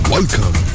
Welcome